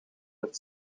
het